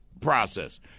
process